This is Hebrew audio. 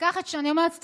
אני אומרת סתם,